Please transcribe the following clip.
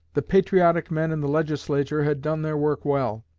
the patriotic men in the legislature had done their work well.